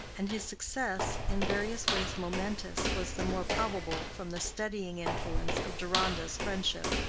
and his success, in various ways momentous, was the more probable from the steadying influence of deronda's friendship.